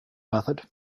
method